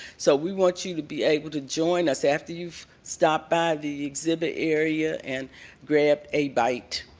so we want you to be able to join us after you stopped by the exhibit area and grabbed a bite.